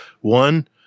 One